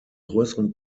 größeren